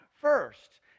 first